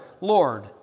Lord